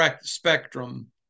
spectrum